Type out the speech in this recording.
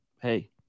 hey